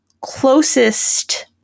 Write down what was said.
closest